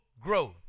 growth